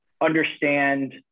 understand